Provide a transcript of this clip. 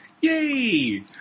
Yay